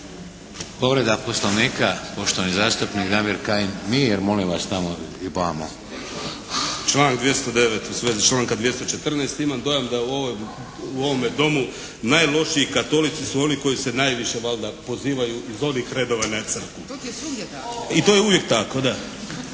Povreda poslovnika, poštovani zastupnik Damir Kajin. Mir molim vas tamo i vamo. **Kajin, Damir (IDS)** Članak 209. u svezi članka 214. Imam dojam da u ovome Domu najlošiji katolici su oni koji se najviše valjda pozivaju iz onih redova na Crkvu. I to je uvijek tako, da.